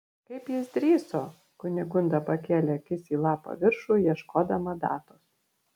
kaip jis drįso kunigunda pakėlė akis į lapo viršų ieškodama datos